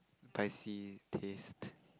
spicy taste